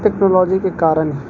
technology کے کارن